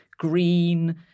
green